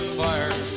fire